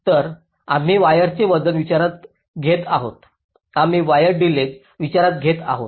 तर आम्ही वायरचे वजन विचारात घेत आहोत आम्ही वायर डिलेज विचारात घेत आहोत